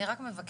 אני רק מבקשת,